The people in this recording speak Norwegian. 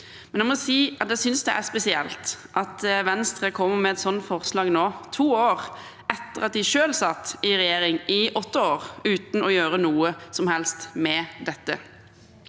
at jeg synes det er spesielt at Venstre kommer med et sånt forslag nå, to år etter at de selv satt i regjering i åtte år uten å gjøre noe som helst med dette.